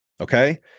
Okay